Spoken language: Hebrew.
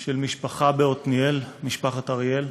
של משפחה בעתניאל, משפחת אריאל,